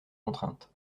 contraintes